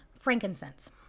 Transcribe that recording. frankincense